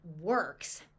works